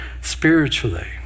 spiritually